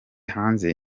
hanze